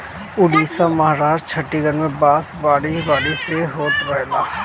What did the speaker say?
उड़ीसा, महाराष्ट्र, छतीसगढ़ में बांस बारी बारी से होत रहेला